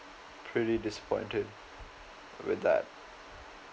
pretty disappointed with that